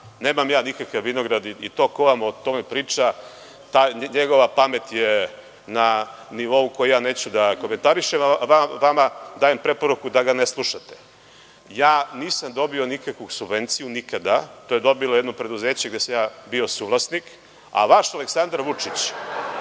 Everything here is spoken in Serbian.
znate. Nemam ja nikakve vinograde i to ko vam o tome priča ta njegova pamet je na nivou koji ja neću da komentarišem, a vama dajem preporuku da ga ne slušate. Ja nisam dobio nikakvu subvenciju nikada, to je dobilo jedno preduzeće gde sam ja bio suvlasnik, a vaš Aleksandar Vučić